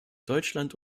deutschland